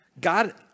God